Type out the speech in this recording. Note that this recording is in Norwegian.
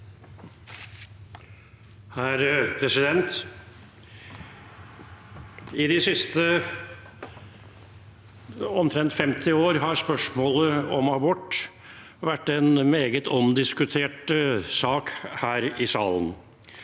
(FrP) I de siste omtrent 50 år har spørsmålet om abort vært en meget omdiskutert sak her i salen.